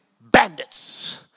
Bandits